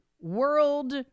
world